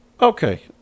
okay